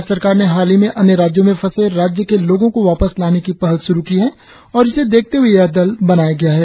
राज्य सरकार ने हाल ही में अन्य राज्यों में फंसे राज्य के लोगों को वापस लाने की पहल श्रू की है और इसे देखते ह्ए यह दल बनाया गया है